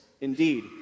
Indeed